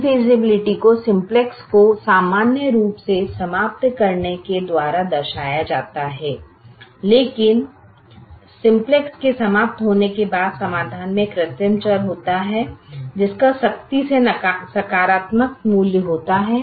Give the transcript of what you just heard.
infeasibility को simplex को सामान्य रूप से समाप्त करने के द्वारा दर्शाया जाता है लेकिन सिम्प्लेक्स के समाप्त होने के बाद समाधान में एक कृत्रिम चर होता है जिसका सख्ती से सकारात्मक मूल्य होता है